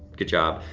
good job,